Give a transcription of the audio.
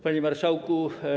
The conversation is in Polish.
Panie Marszałku!